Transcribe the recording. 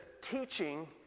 teaching